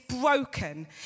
broken